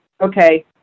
okay